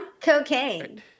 Cocaine